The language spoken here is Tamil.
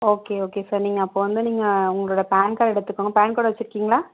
ஓகே ஓகே சார் நீங்கள் அப்போ வந்து நீங்கள் உங்களோட பேன் கார்டு எடுத்துக்கணும் பேன் கார்டு வச்சுருக்கீங்ளா